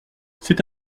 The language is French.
c’est